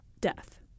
death